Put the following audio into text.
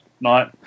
night